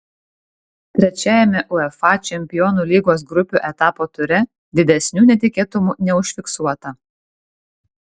trečiajame uefa čempionų lygos grupių etapo ture didesnių netikėtumų neužfiksuota